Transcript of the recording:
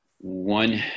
one